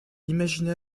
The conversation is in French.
imagina